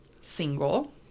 single